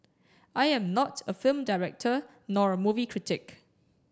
I am not a film director nor a movie critic